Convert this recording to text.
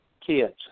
kids